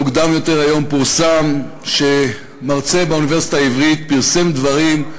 מוקדם יותר היום פורסם שמרצה באוניברסיטה העברית פרסם דברים,